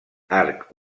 arc